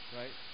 right